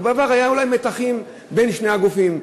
רק בעבר היו אולי מתחים בין שני הגופים,